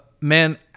Man